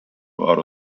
out